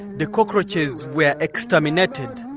the cockroaches were exterminated.